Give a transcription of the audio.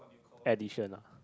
addition ah